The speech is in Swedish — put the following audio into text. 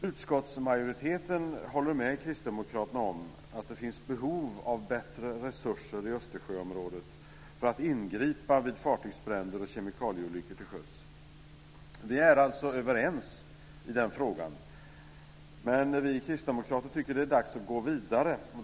Utskottsmajoriteten håller med Kristdemokraterna om att det finns behov av bättre resurser i Östersjöområdet för att ingripa vid fartygsbränder och kemikalieolyckor till sjöss. Vi är alltså överens i den frågan, men vi kristdemokrater tycker att det är dags att gå vidare.